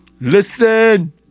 listen